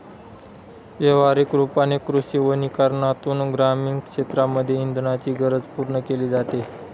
व्यवहारिक रूपाने कृषी वनीकरनातून ग्रामीण क्षेत्रांमध्ये इंधनाची गरज पूर्ण केली जाते